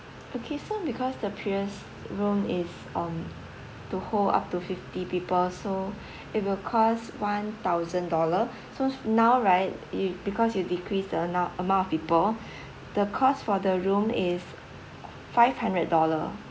okay so because the previous room is on to hold up to fifty people so it will cost one thousand dollar so now right you because you decrease the amount amount of people the cost for the room is five hundred dollar